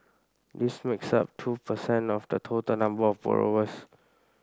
this makes up two per cent of the total number of borrowers